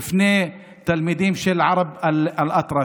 בפני תלמידים של ערב אל-אטרש.